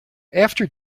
after